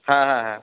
হ্যাঁ হ্যাঁ হ্যাঁ